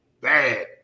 bad